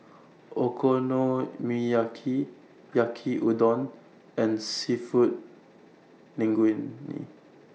Okonomiyaki Yaki Udon and Seafood Linguine